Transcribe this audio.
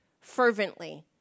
fervently